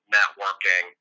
Networking